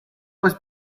was